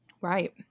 Right